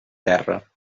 terra